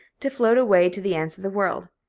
to float away to the ends of the world.